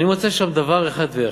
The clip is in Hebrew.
אני מוצא שם דבר אחד ויחיד,